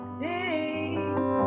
day